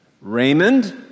Raymond